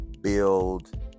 build